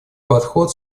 подход